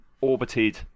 orbited